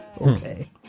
Okay